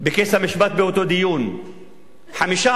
על כס המשפט באותו דיון.